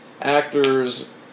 actors